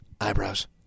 eyebrows